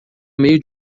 meio